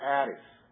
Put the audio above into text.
addicts